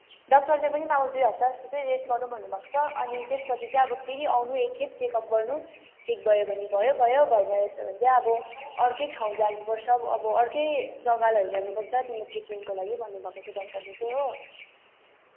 डाक्टरले पनि मलाई दुई हप्ता जस्तो चाहिँ रेस्ट गर्नु भन्नुभएको छ अनि त्यसपछि चाहिँ फेरि आउनु एकखेप चेकअप गर्नु ठिक भयो भने भयो भयो भएन रहेछ भने चाहिँ अब अर्कै ठाउँ जानुपर्छ अब अर्कै जग्गा लैजानु पर्छ तिम्रो ट्रिटमेन्टको लागि भन्नुभएको छ डाक्टरले चाहिँ हो